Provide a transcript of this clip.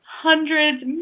hundreds